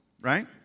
right